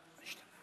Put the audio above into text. תודה רבה.